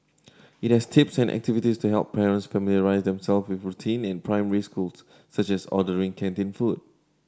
it has tips and activities to help parents familiarise themselves with routine in primary schools such as ordering canteen food